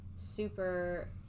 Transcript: super